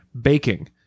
Baking